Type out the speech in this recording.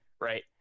right